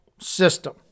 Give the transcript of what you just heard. system